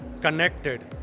connected